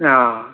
अँ